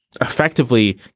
effectively